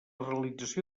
realització